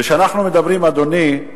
כשאנחנו מדברים, אדוני,